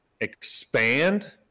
expand